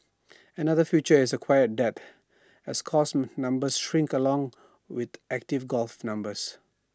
another future is A quiet death as course numbers shrink along with active golfer numbers